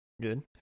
Good